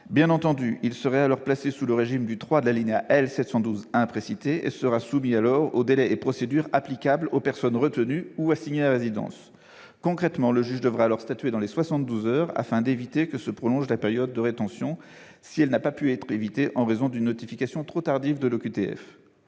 Bien entendu, il sera alors placé sous le régime du III de l'article L. 512-1 précité et soumis aux délais et procédures applicables aux personnes retenues ou assignées à résidence. Concrètement, le juge devra alors statuer dans les 72 heures afin d'éviter que ne se prolonge la période de rétention, si elle n'a pu être évitée en raison d'une notification trop tardive de l'OQTF.